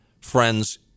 Friends